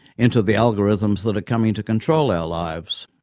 into the algorithms that are coming to control our lives?